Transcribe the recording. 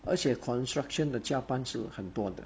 而且 construction 的加班是很多的